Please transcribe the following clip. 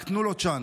רק תנו לו צ'אנס.